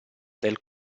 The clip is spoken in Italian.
del